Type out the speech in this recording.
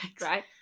right